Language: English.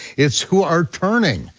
it's who are turning,